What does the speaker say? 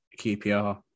QPR